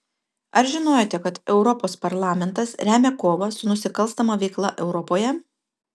ar žinojote kad europos parlamentas remia kovą su nusikalstama veikla europoje